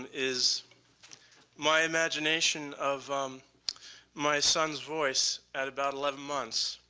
and is my imagination of um my son's voice at about eleven months,